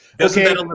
Okay